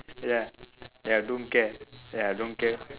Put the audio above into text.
ya ya I don't care ya I don't care